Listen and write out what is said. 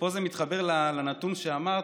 ופה זה מתחבר לנתון שאמרת,